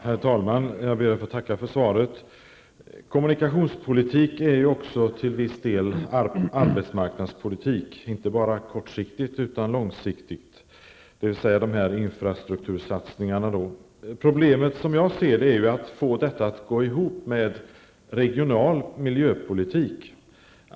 Herr talman! Jag ber att få tacka för svaret. Kommunikationspolitik är också i viss mån arbetsmarknadspolitik, inte bara kortsiktigt utan också långsiktigt just när det gäller infrastruktursatsningar. Problemet, som jag ser det, är att få det hela att gå ihop med regional miljöpolitik.